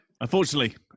Unfortunately